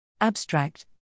Abstract